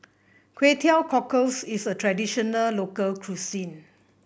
Kway Teow Cockles is a traditional local cuisine